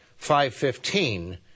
515